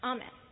Amen